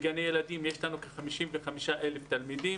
בגני הילדים יש לנו כ-55,000 תלמידים